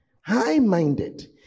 high-minded